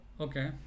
Okay